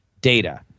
data